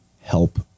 help